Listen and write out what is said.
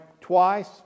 twice